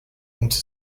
into